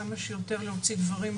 כמה שיותר להוציא דברים,